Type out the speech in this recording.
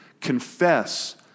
Confess